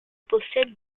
possède